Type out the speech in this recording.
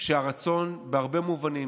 שבהרבה מובנים,